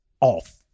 off